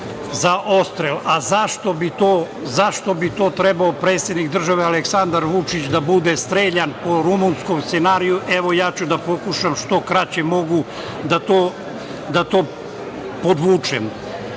za odstrel.Zašto bi to trebao predsednik države, Aleksandar Vučić da bude streljan po rumunskom scenariju? Evo, ja ću da pokušam što kraće mogu, da to podvučem.